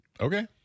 Okay